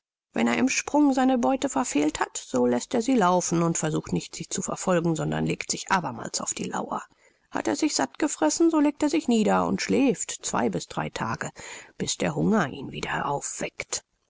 wenn er im sprung seine beute verfehlt hat so läßt er sie laufen und versucht nicht sie zu verfolgen sondern legt sich abermals auf die lauer hat er sich satt gefressen so legt er sich nieder und schläft zwei bis drei tage bis der hunger ihn wieder aufweckt